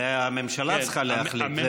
את זה הממשלה צריכה להחליט.